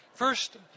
First